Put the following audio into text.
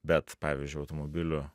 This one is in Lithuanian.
bet pavyzdžiui automobilių